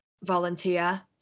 volunteer